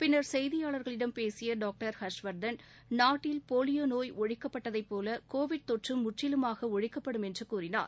பின்னர் செய்தியாளர்களிடம் பேசிய டாக்டர் ஹர்ஷ்வர்தன் நாட்டில் போலியோ நோய் ஒழிக்கப்பட்டதைபோல கோவிட் தொற்றும் முற்றிலுமாக ஒழிக்கப்படும் என்று கூறினார்